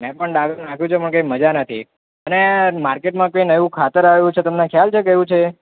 મે પણ દાણ નાખ્યું છે પણ કઈ મજા નથી અને માર્કેટમાં કોઈ નવું ખાતર આવ્યું છે તમને ખ્યાલ છે કયુ છે એ